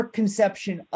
conception